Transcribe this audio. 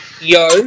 Yo